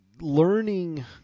learning